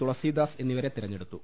തുളസിദാസ് എന്നിവരെ തിരഞ്ഞെടുത്തു